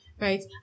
right